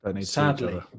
sadly